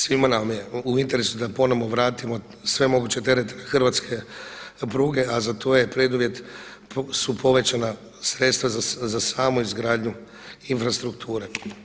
Svima nam je u interesu da ponovno vratimo sve moguće terete hrvatske pruge, a za to je preduvjet su povećana sredstva za samu izgradnju infrastrukture.